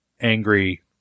angry